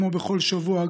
כמו בכל שבוע,